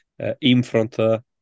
Infront